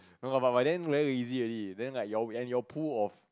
no lah but by then very easy already then like your and your pool of